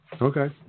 Okay